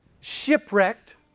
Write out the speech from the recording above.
shipwrecked